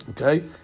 Okay